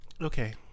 Okay